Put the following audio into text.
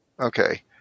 Okay